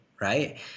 Right